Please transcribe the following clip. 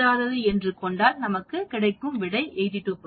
பொருந்தாது என்று கொண்டால் நமக்கு கிடைக்கும் விடை82